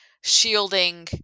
shielding